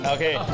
Okay